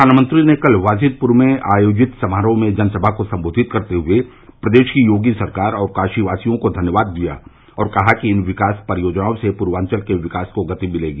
प्रधानमंत्री ने कल वाजिदपुर में आयोजित समारोह में जनसभा को संबोधित करते हुए प्रदेश की योगी सरकार और काशीवासियों को धन्यवाद दिया और कहा कि इन विकास परियोजनाओं से पूर्वांचल के विकास को गति मिलेगी